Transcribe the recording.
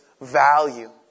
value